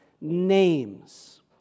names